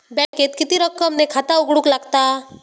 बँकेत किती रक्कम ने खाता उघडूक लागता?